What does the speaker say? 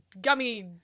gummy